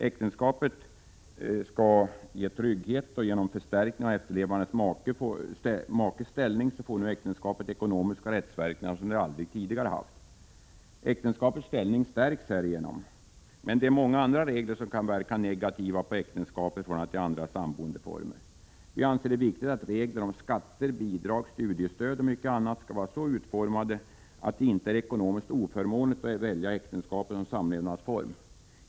Äktenskapet skall ge trygghet, och genom förstärkning av efterlevande makes ställning får nu äktenskapet ekonomiska rättsverkningar som det aldrig tidigare haft. Äktenskapets ställning stärks härigenom. Men det är många andra regler som kan verka negativa på äktenskap i förhållande till andra samboendeformer. Vi anser det viktigt att reglerna om skatter, bidrag, studiestöd och mycket annat skall vara så utformade att det inte är ekonomiskt oförmånligt att välja äktenskapet som samlevnadsform.